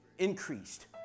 Increased